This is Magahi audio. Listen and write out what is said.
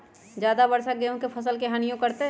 ज्यादा वर्षा गेंहू के फसल के हानियों करतै?